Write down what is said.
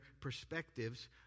perspectives